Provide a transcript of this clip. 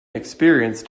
experienced